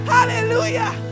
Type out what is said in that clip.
Hallelujah